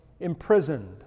imprisoned